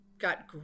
got